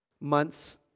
months